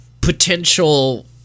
potential